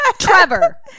trevor